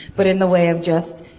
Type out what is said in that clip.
but in the way of just,